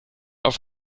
auf